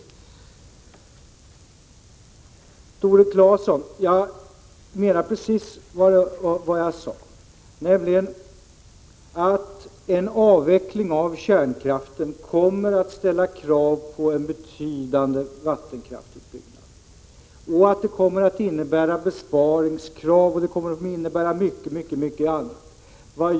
Till Tore Claeson vill jag säga att jag menar precis vad jag sade, nämligen att en avveckling av kärnkraften kommer att ställa krav på en betydande vattenkraftsutbyggnad. Det kommer att innebära besparingskrav och myck et annat.